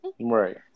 Right